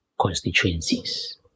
constituencies